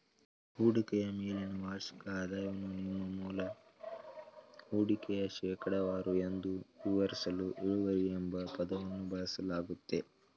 ಹೂಡಿಕೆಯ ಮೇಲಿನ ವಾರ್ಷಿಕ ಆದಾಯವನ್ನು ನಿಮ್ಮ ಮೂಲ ಹೂಡಿಕೆಯ ಶೇಕಡವಾರು ಎಂದು ವಿವರಿಸಲು ಇಳುವರಿ ಎಂಬ ಪದವನ್ನು ಬಳಸಲಾಗುತ್ತೆ